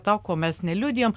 to ko mes neliudijam